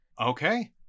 Okay